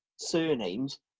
surnames